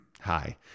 Hi